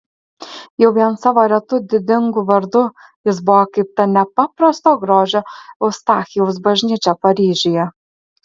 jau vien savo retu didingu vardu jis buvo kaip ta nepaprasto grožio eustachijaus bažnyčia paryžiuje